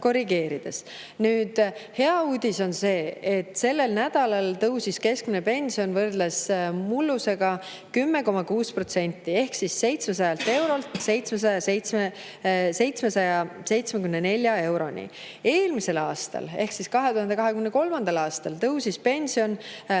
Hea uudis on see, et sellel nädalal tõusis keskmine pension võrreldes mullusega 10,6% ehk 700 eurolt 774 euroni. Eelmisel aastal ehk 2023. aastal tõusis pension